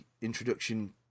introduction